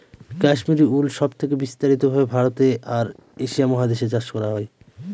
Kashmiri wool সব থেকে বিস্তারিত ভাবে ভারতে আর এশিয়া মহাদেশে চাষ করা হয়